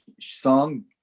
song